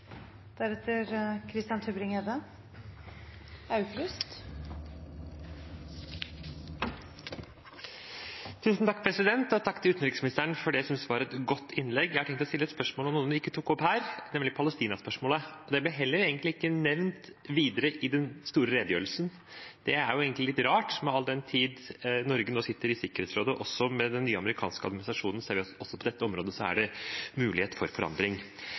det jeg synes var et godt innlegg. Jeg har tenkt å stille et spørsmål om noe hun ikke tok opp her, nemlig Palestina-spørsmålet. Det ble heller ikke nevnt videre i den store redegjørelsen. Det er jo egentlig litt rart, all den tid Norge nå sitter i Sikkerhetsrådet, og også med den nye amerikanske administrasjonen. Så også på dette området er det mulighet for forandring.